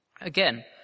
Again